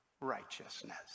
righteousness